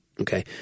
Okay